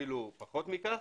אפילו פחות מכך,